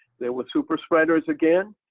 there were super spreaders again.